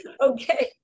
Okay